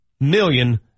million